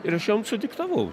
ir aš jom sudiktavau